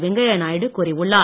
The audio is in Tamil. வெங்கையாநாயுடு கூறியுள்ளார்